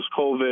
COVID